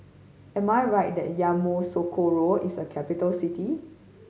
am I right that Yamoussoukro is a capital city